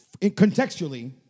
contextually